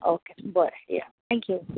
okay बरे या thank you